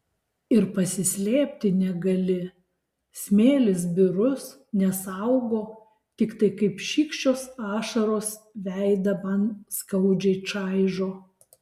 ir pasislėpti negali smėlis birus nesaugo tiktai kaip šykščios ašaros veidą man skaudžiai čaižo